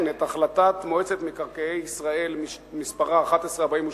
את החלטת מועצת מקרקעי ישראל שמספרה 1148,